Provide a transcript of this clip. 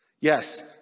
Yes